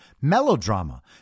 melodrama